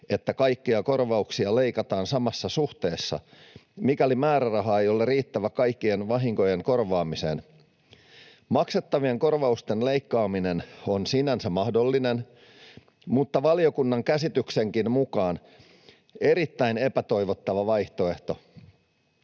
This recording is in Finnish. että kaikkia korvauksia leikataan samassa suhteessa, mikäli määräraha ei ole riittävä kaikkien vahinkojen korvaamiseen. Maksettavien kor-vausten leikkaaminen on sinänsä mahdollinen mutta valiokunnan käsityksenkin mukaan erittäin epätoivottava vaihtoehto.